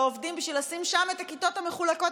עובדים בשביל לשים שם את הכיתות המחולקות,